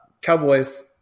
Cowboys